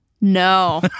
No